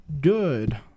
good